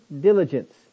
diligence